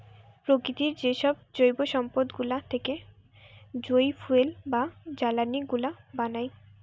প্রকৃতির যেসব জৈব সম্পদ গুলা থেকে যই ফুয়েল বা জ্বালানি গুলা বানায়